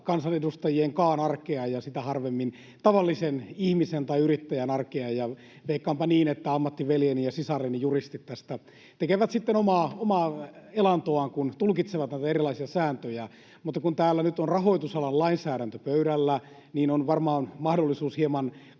kansanedustajienkaan arkea ja sitä harvemmin tavallisen ihmisen tai yrittäjän arkea, ja veikkaanpa niin, että ammattiveljeni ja ‑sisareni, juristit, tästä tekevät sitten omaa elantoaan, kun tulkitsevat näitä erilaisia sääntöjä. Mutta kun täällä nyt on rahoitusalan lainsäädäntö pöydällä, niin on varmaan mahdollisuus hieman